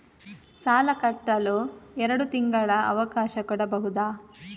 ಸಾಲ ಕಟ್ಟಲು ಎರಡು ತಿಂಗಳ ಅವಕಾಶ ಕೊಡಬಹುದಾ?